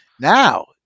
Now